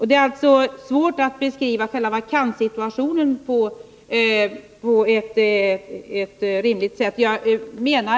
Det är därför svårt att beskriva själva vakanssituationen på ett rimligt sätt.